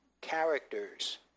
characters